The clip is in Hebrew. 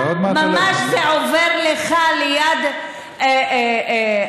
ממש זה עובר לך ליד הראש,